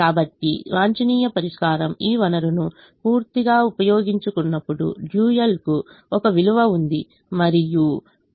కాబట్టి వాంఛనీయ పరిష్కారం ఈ వనరును పూర్తిగా ఉపయోగించుకున్నప్పుడు డ్యూయల్డ్యూయల్ కు ఒక విలువ ఉంది మరియు Y1 1